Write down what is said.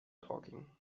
talking